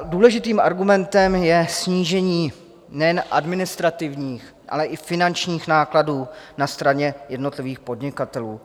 Důležitým argumentem je snížení nejen administrativních, ale i finančních nákladů na straně jednotlivých podnikatelů.